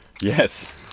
Yes